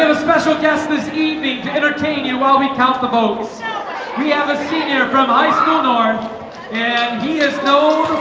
special guest this evening to entertain you while we count the votes we have a senior from high school darn and he is known